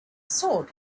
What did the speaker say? sword